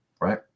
Right